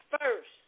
first